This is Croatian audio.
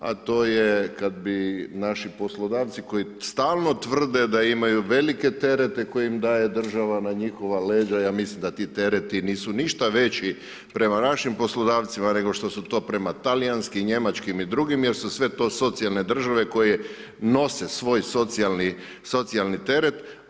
A to je kada bi naši poslodavci, koji stalno tvrde da imaju velike terete, koje im daje država na njihova leđa, ja mislim da ti tereti nisu ništa veći prema našim poslodavcima, nego što su to prema talijanskim, njemačkim i drugim jer su sve to socijalne države, koje nose svoj socijalni teret.